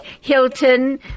Hilton